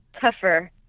tougher